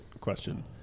question